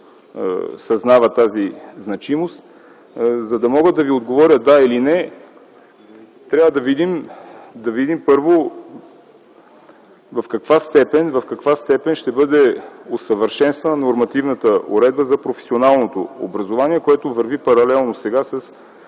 съзнава тази значимост. За да мога да Ви отговоря с „да” или „не”, трябва първо да видим в каква степен ще бъде усъвършенствана нормативната уредба за професионалното образование, което сега върви паралелно със